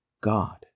God